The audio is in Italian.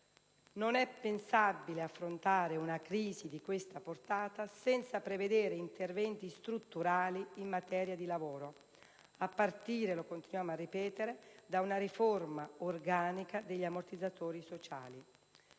Non è pensabile affrontare una crisi di questa portata senza prevedere interventi strutturali in materia di lavoro, a partire - continuiamo a ripeterlo - da una riforma organica degli ammortizzatori sociali: